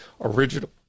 original